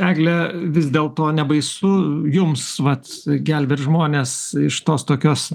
egle vis dėl to nebaisu jums vat gelbėt žmones iš tos tokios